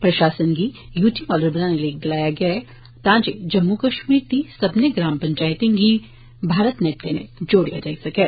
प्रशासन गी UT model बनाने लेई गलाया गेआ ऐ तां जे जम्मू कश्मीर दी सब्बने ग्राम पंचैतें गह भारत नेट कन्नै जोड़ेआ जाई सकै